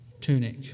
tunic